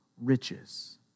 riches